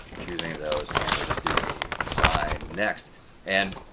choose any of those and we'll just do a find next and